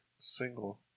Single